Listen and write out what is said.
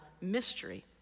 mystery